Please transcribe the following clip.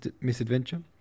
misadventure